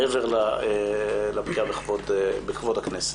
מעבר לפגיעה בכבוד הכנסת.